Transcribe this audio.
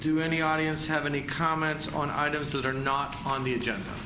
do any audience have any comments on items that are not on the agenda